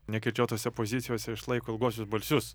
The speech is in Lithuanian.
nekirčiuotose pozicijose išlaiko ilguosius balsius